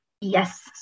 yes